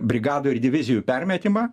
brigadų ir divizijų permetimą